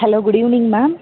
hello good evening ma'am